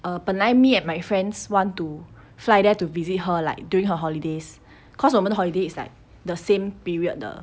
err 本来 me and my friends want to fly there to visit her like during her holidays cause 我们的 holidays is like the same period 的